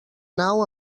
nau